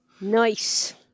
Nice